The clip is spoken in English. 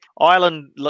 Ireland